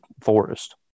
Forest